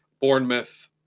Bournemouth